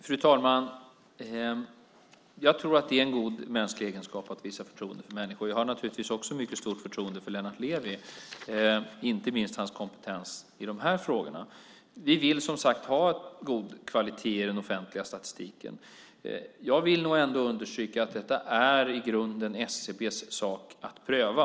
Fru talman! Jag tror att det är en god mänsklig egenskap att visa förtroende för människor. Jag har naturligtvis också mycket stort förtroende för Lennart Levi och inte minst för hans kompetens i de här frågorna. Vi vill ha god kvalitet på den offentliga statistiken. Jag vill ändå understryka att det i grunden är SCB:s sak att pröva.